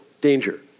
danger